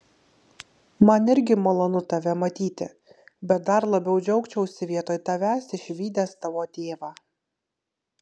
man irgi malonu tave matyti bet dar labiau džiaugčiausi vietoj tavęs išvydęs tavo tėvą